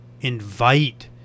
invite